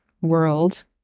world